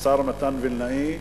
והשר מתן וילנאי,